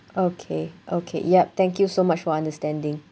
okay okay yup thank you so much for understanding